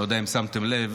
אני לא יודע אם שמתם לב,